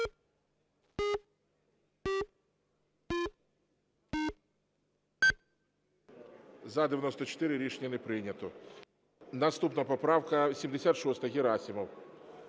За-94 Рішення не прийнято. Наступна поправка 76, Герасимов.